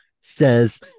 says